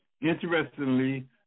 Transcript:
Interestingly